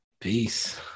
Peace